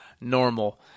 normal